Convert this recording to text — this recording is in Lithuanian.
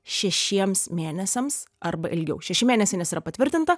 šešiems mėnesiams arba ilgiau šeši mėnesiai nes yra patvirtinta